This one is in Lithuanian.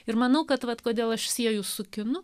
ir manau kad vat kodėl aš sieju su kinu